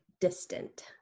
distant